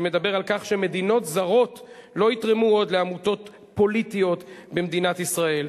שמדבר על כך שמדינות זרות לא יתרמו עוד לעמותות פוליטיות במדינת ישראל.